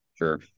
Sure